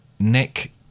Nick